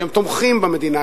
שהם תומכים במדינה,